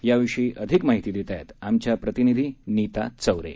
याविषयी अधिक माहिती देत आहेत आमच्या प्रतिनिधी नीता चौरे